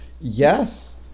Yes